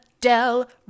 Del